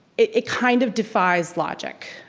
it it kind of defies logic,